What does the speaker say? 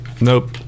Nope